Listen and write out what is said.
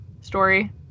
story